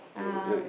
um